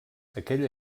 aquella